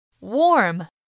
Warm